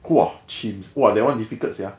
!wah! chim !wah! that one difficult sia